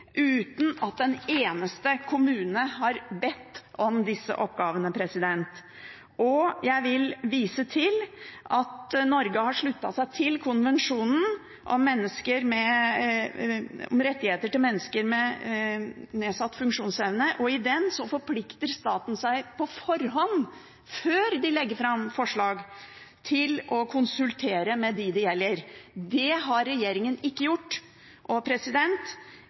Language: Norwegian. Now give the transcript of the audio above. uten at en eneste kommune har bedt om disse oppgavene. Jeg vil vise til at Norge har sluttet seg til FNs konvensjon om rettighetene til personer med nedsatt funksjonsevne, og i denne forplikter staten seg på forhånd – før de legger fram forslag – til å konsultere dem det gjelder. Det har regjeringen ikke gjort, og